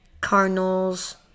Cardinals